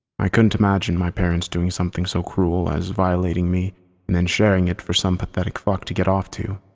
i couldn't imagine my parents doing something so cruel as violating me and then sharing it for some pathetic fuck to get off too.